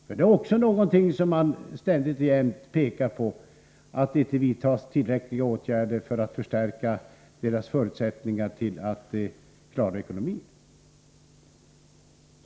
Man påpekar nämligen ständigt och jämt att det inte vidtas tillräckliga åtgärder för att stärka SJ:s förutsättningar att klara ekonomin.